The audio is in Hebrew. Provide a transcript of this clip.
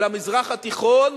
על המזרח התיכון,